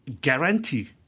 guarantee